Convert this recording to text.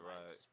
Right